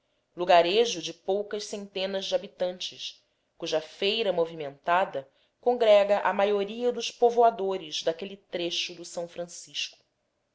lugarejo de poucas centenas de habitantes cuja feira movimentada congrega a maioria dos povoadores daquele trecho do s francisco